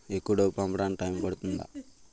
ఎక్కువ డబ్బు పంపడానికి టైం పడుతుందా?